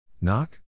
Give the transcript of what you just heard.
Knock